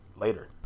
later